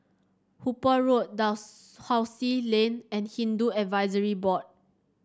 Hooper Road Dalhousie Lane and Hindu Advisory Board